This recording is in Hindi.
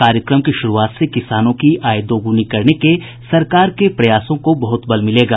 कार्यक्रम की शुरूआत से किसानों की आय दुगुनी करने के सरकार के प्रयासों को बहुत बल मिलेगा